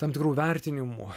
tam tikrų vertinimų